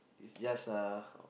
is just a